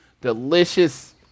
delicious